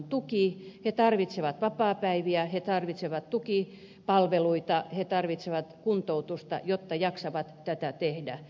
he tarvitsevat vapaapäiviä he tarvitsevat tukipalveluita he tarvitsevat kuntoutusta jotta jaksavat tätä tehdä